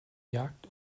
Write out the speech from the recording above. jagd